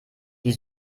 die